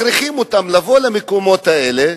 מכריחים אותן לבוא למקומות האלה,